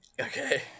Okay